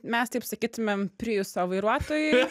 mes taip sakytumėm priuso savo vairuotojui